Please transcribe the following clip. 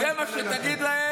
זה מה שיש לך להגיד?